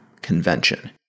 convention